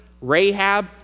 Rahab